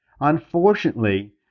Unfortunately